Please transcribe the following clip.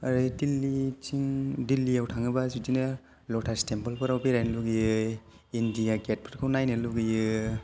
ओरै दिल्लीथिं दिल्लीयाव थाङोबा बिदिनो लटास टेम्पोलफोराव बेरायनो लुबैयो इन्डिया गेटफोरखौ नायनो लुगैयो